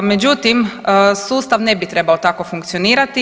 Međutim, sustav ne bi trebao tako funkcionirati.